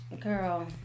Girl